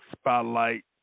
spotlight